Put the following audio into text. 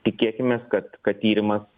tikėkimės kad kad tyrimas